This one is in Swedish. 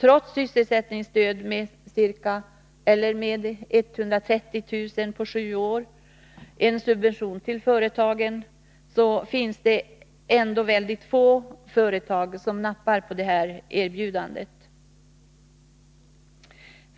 Trots sysselsättningsstöd med ca 130 000 kr. på sju år — en subvention till företagen —- finns det väldigt få företag som nappar på erbjudandet.